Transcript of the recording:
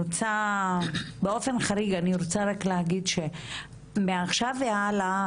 באופן חריג אני רוצה להגיד שמעכשיו והלאה,